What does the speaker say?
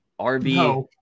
RB